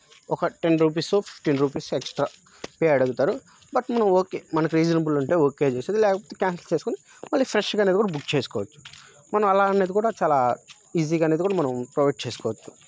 ఒక టెన్ రూపీసో fifteen rupees extra pay అడుగుతారు బట్ మనం ఓకే మనకి రీజనబులుంటే ఓకే చేసేది లేకపోతే క్యాన్సిల్ చేసుకోని మళ్ళీ ఫ్రెష్గా అనేది కూడా బుక్ చేసుకోవచ్చు మనం అలా అనేది కూడా చాలా ఈజీగా అనేది కూడా మనం ప్రొవైడ్ చేసుకోవచ్చు